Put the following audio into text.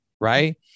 Right